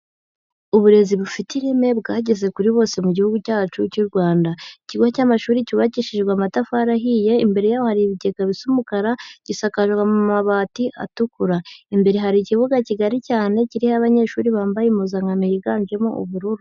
Uburezi bufite ireme bwageze kuri bose mu gihugu cyacu cy'u Rwanda. Ikigo cy'amashuri cyubakishijwe amatafari ahiye, imbere yaho hari ibigega bisa umukara, gisakajwe mu mabati atukura, imbere hari ikibuga kigari cyane, kiriho abanyeshuri bambaye impuzankano yiganjemo ubururu.